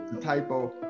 typo